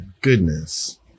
goodness